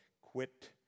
quit